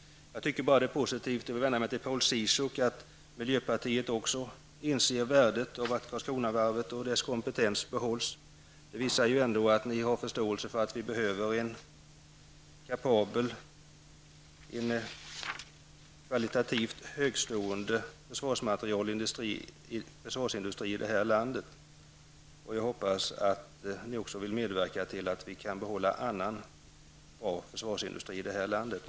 Jag tycker att det är positivt, Paul Ciszuk, att miljöpartiet också inser värdet av att Karlskronavarvet och dess kompetens behålls. Det visar ändå att ni har förståelse för att vi behöver en kapabel och kvalitativt högtstående försvarsindustri här i landet, och jag hoppas att ni också vill medverka till att vi kan behålla annan bra försvarsindustri. Herr talman!